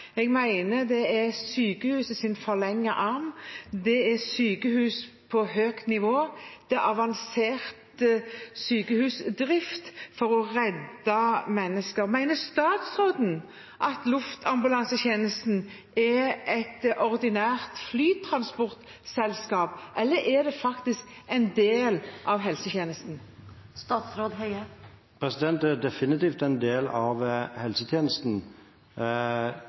Jeg mener det er sykehusets forlengede arm. Det er sykehus på høyt nivå. Det er avansert sykehusdrift for å redde mennesker. Mener statsråden at luftambulansetjenesten er et ordinært flytransportselskap, eller er det faktisk en del av helsetjenesten? Det er definitivt en del av helsetjenesten.